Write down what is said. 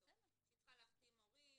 שצריך להחתים הורים.